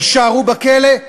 יישארו בכלא?